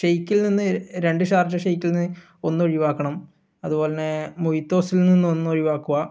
ഷേയ്ക്കിൽ നിന്ന് രണ്ട് ഷാർജ ഷേയ്ക്കിൽനിന്ന് ഒന്ന് ഒഴിവാക്കണം അതുപോലെതന്നെ മൊയ്ത്തോസിൽ നിന്ന് ഒന്ന് ഒഴിവാക്കുക